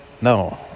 no